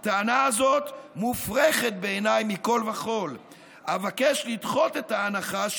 הטענה הזאת מופרכת בעיניי מכול וכול אבקש לדחות את ההנחה,